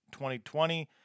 2020